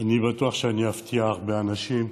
אני בטוח שאני אפתיע הרבה אנשים,